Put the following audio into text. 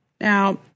Now